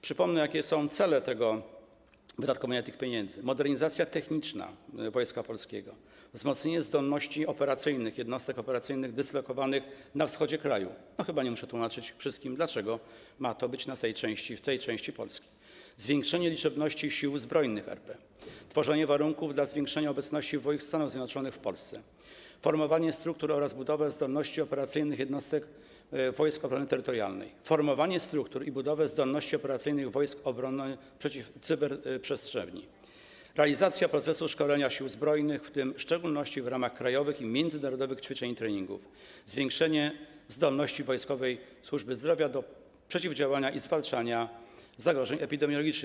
Przypomnę, jakie są cele wydatkowania tych pieniędzy: modernizacja techniczna Wojska Polskiego, wzmocnienie zdolności operacyjnych jednostek operacyjnych dyslokowanych na wschodzie kraju - chyba nie muszę wszystkim tłumaczyć, dlaczego ma to być w tej części Polski - zwiększenie liczebności Sił Zbrojnych RP, tworzenie warunków dla zwiększenia obecności wojsk Stanów Zjednoczonych w Polsce, formowanie struktur oraz budowa zdolności operacyjnych jednostek Wojsk Obrony Terytorialnej, formowanie struktur i budowa zdolności operacyjnych Wojsk Obrony Cyberprzestrzeni, realizacja procesu szkolenia Sił Zbrojnych, w szczególności w ramach krajowych i międzynarodowych ćwiczeń i treningów, zwiększenie zdolności wojskowej służby zdrowia do przeciwdziałania i zwalczania zagrożeń epidemiologicznych.